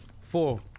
Four